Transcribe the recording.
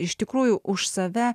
iš tikrųjų už save